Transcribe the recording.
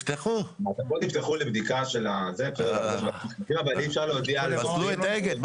המעטפות נפתחו לבדיקה של ה --- אבל אי אפשר להודיע לזוכים --- אתם